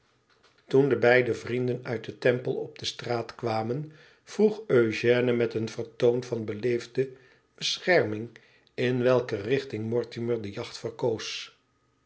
toen de beide vrienden uit den temple op de straat kwamen vroeg eugène met een vertoon van beleefde bescherming in welke richting mortimer de jacht verkoos